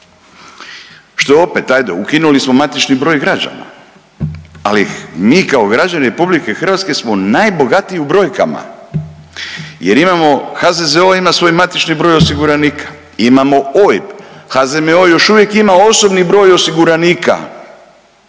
je opet ajde ukinuli smo matični broj građana, ali mi kao građani RH smo najbogatiji u brojkama jer imamo, HZZO ima svoj matični broj osiguranika, imamo OIB, HZMO još uvijek ima osobni broj osiguranika.